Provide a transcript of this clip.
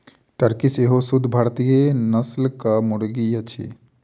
Turkey सेहो शुद्ध भारतीय नस्लक मुर्गी अछि